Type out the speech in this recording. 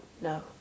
No